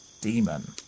demon